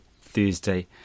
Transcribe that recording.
thursday